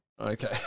Okay